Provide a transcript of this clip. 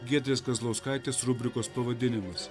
giedrės kazlauskaitės rubrikos pavadinimas